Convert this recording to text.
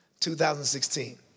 2016